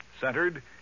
Centered